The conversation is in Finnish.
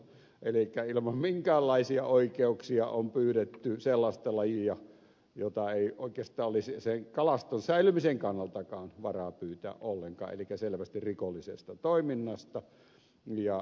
elikkä ilman minkäänlaisia oikeuksia on pyydetty sellaista lajia jota ei oikeastaan olisi sen kalaston säilymisen kannaltakaan varaa pyytää ollenkaan elikkä selvästi rikollisesta toiminnasta on kyse